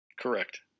Correct